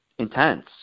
intense